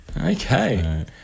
Okay